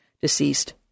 deceased